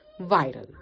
viral